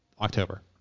October